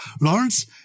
Lawrence